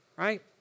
right